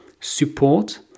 support